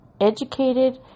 educated